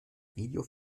video